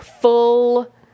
full